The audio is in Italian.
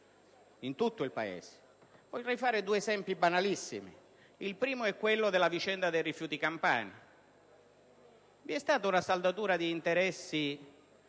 In tutto il Paese.